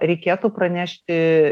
reikėtų pranešti